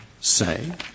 say